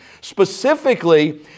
Specifically